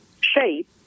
shape